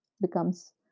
becomes